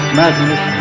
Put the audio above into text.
madness